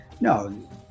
no